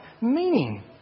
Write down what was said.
meaning